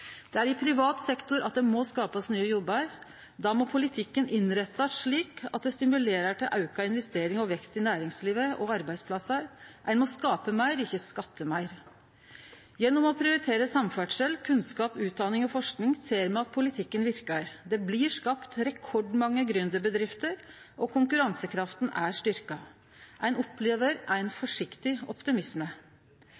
Det er i privat sektor det må skapast nye jobbar – då må politikken innrettast slik at det stimulerer til auka investering og vekst i næringslivet og arbeidsplassar. Ein må skape meir, ikkje skatte meir. Gjennom å prioritere samferdsel, kunnskap, utdanning og forsking ser me at politikken verkar. Det blir skapt rekordmange gründerbedrifter, og konkurransekrafta er styrkt. Ein opplever ein